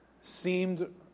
seemed